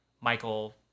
Michael